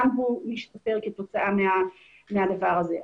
גם הוא משתפר כתוצאה מהדבר הזה.